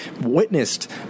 witnessed